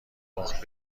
باخت